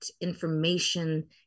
information